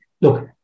look